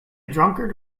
drunkard